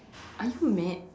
are you mad